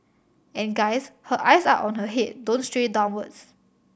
and guys her eyes are on her head don't stray downwards